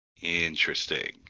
Interesting